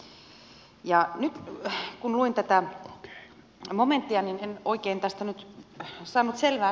nyt kun luin tätä momenttia niin en oikein tästä saanut selvää